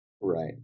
Right